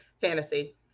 Fantasy